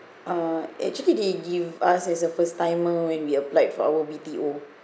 uh actually they give us as a first timer when we applied for our B_T_O